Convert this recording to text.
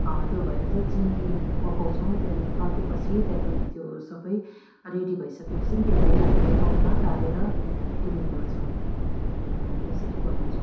त्यो भएर चिनी पकाउँछौँ त्यहाँ पाके पछि त्यहाँदेखि त्यो सबै रेडी भइसके पछि त्यसलाई हामीले कपमा तारेर पिउने गर्छौँ हामी यसरी बनाउँछौँ